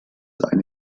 eine